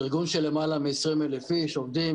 ארגון של למעלה מ-20,000 איש עובדים,